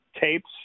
tapes